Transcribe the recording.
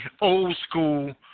old-school